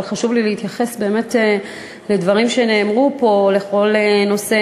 אבל חשוב לי להתייחס לדברים שנאמרו פה בכל הנושא